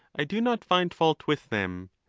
i do not find fault with them.